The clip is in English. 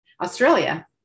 Australia